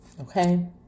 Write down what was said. okay